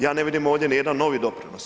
Ja ne vidim ovdje nijedan novi doprinos.